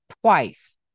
twice